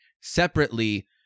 separately –